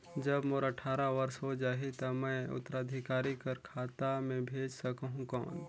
जब मोर अट्ठारह वर्ष हो जाहि ता मैं उत्तराधिकारी कर खाता मे भेज सकहुं कौन?